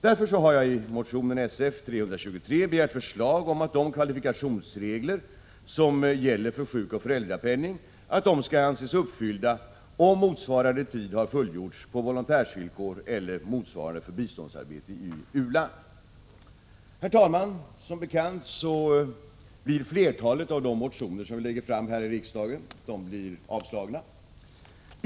Därför har jag i motion Sf323 begärt förslag om att de kvalifikationsregler som gäller för sjukoch föräldrapenning skall anses uppfyllda om motsvarande tid har fullgjorts på volontärsvillkor eller liknande för biståndsarbete i u-land. Herr talman! Som bekant blir flertalet av de motioner som vi lägger fram här i riksdagen avslagna.